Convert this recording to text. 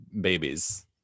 babies